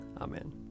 Amen